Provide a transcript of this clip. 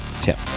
Tim